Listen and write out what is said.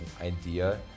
idea